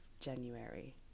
January